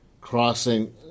Crossing